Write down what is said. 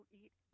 eat